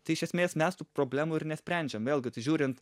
tai iš esmės mes tų problemų ir nesprendžiam vėlgi tai žiūrint